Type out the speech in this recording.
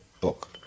book